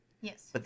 Yes